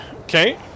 Okay